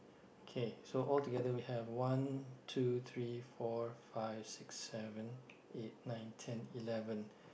okay so altogether we have one two three four five six seven eight nine ten eleven